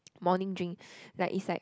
morning drinks like it's like